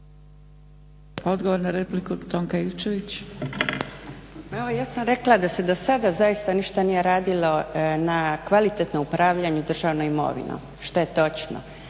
Tonka (SDP)** Pa evo ja sam rekla da se do sada zaista ništa nije radilo na kvalitetnom upravljanju državnom imovinom što je točno.